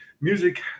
music